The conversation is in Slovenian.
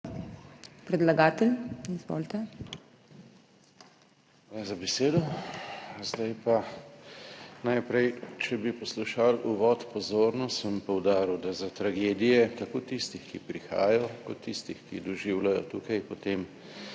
GRIMS (PS SDS):** Hvala za besedo. Zdaj pa, najprej, če bi poslušali uvod pozorno, sem poudaril, da za tragedije tako tistih, ki prihajajo, kot tistih, ki doživljajo tukaj potem,